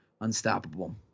unstoppable